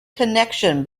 connection